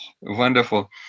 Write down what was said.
Wonderful